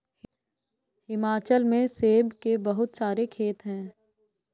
हिमाचल में सेब के बहुत सारे खेत हैं